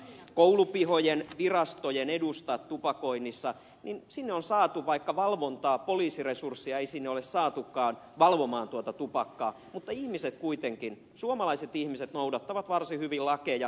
koulupihojen virastojen edustoilla tapahtuvan tupakoinnin osalta vaikka valvontaa ja poliisiresursseja ei sinne ole saatukaan valvomaan tuota tupakointia suomalaiset ihmiset noudattavat varsin hyvin lakeja